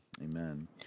Amen